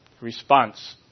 Response